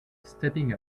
stepping